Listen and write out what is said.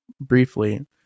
briefly